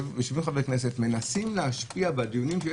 יושבים חברי כנסת ומנסים להשפיע בדיונים,